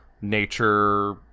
nature